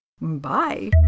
Bye